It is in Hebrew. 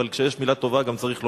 אבל כשיש מלה טובה גם צריך לומר.